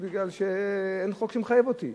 כי אין חוק שמחייב אותי.